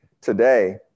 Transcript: today